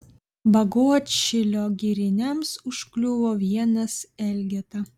bagotšilio giriniams užkliuvo vienas elgeta